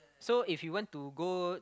so if you want to go